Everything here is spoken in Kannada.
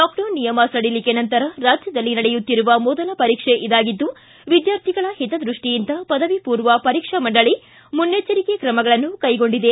ಲಾಕ್ಡೌನ್ ನಿಯಮ ಸಡಿಲಿಕೆ ನಂತರ ರಾಜ್ಯದಲ್ಲಿ ನಡೆಯುತ್ತಿರುವ ಮೊದಲ ಪರೀಕ್ಷೆ ಇದಾಗಿದ್ದು ವಿದ್ಯಾರ್ಥಿಗಳ ಹಿತ ದೃಷ್ಷಿಯಿಂದ ಪದವಿ ಮೂರ್ವ ಪರೀಕ್ಷಾ ಮಂಡಳಿ ಮುನ್ನೆಚ್ಚರಿಕೆ ಕ್ರಮಗಳನ್ನು ಕೈಗೊಂಡಿದೆ